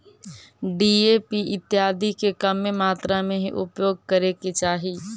DAP इत्यादि के कमे मात्रा में ही उपयोग करे के चाहि